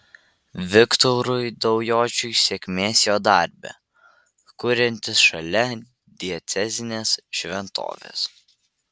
viktorui daujočiui sėkmės jo darbe kuriantis šalia diecezinės šventovės